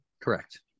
Correct